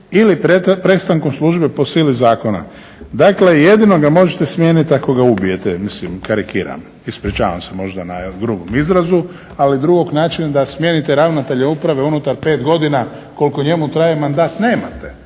ili prestankom službe po sili zakona. Dakle, jedino ga možete smijeniti ako ga ubijete, mislim karikiram. Ispričavam se možda na grubom izrazu ali drugog načina da smijenite ravnatelja uprave unutar 5 godina koliko njemu traje mandat nemate.